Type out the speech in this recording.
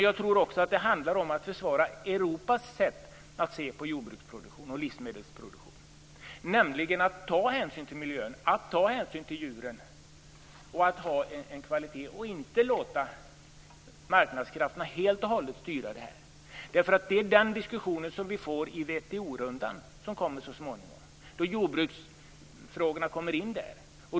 Jag tror också att det handlar om att försvara Europas sätt att se på jordbruksproduktion och livsmedelsproduktion. Det handlar om att ta hänsyn till miljön och till djuren. Det handlar om att ha en kvalitet och om att inte låta marknadskrafterna styra det här helt och hållet. Det är den diskussionen vi får i WTO-rundan som kommer så småningom när jordbruksfrågorna kommer in där.